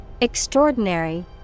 Extraordinary